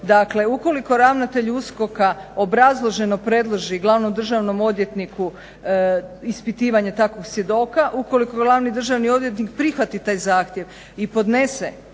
Dakle, ukoliko ravnatelj USKOK-a obrazloženo predloži Glavnom državnom odvjetniku ispitivanje takvog svjedoka, ukoliko Glavni državni odvjetnik prihvati taj zahtjev i podnese